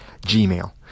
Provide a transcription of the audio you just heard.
Gmail